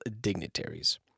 dignitaries